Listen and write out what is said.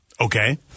Okay